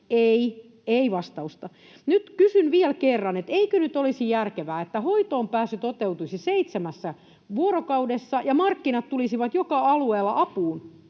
Ei, ei vastausta. Nyt kysyn vielä kerran, että eikö nyt olisi järkevää, että hoitoonpääsy toteutuisi seitsemässä vuorokaudessa ja markkinat tulisivat joka alueella apuun